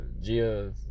Gia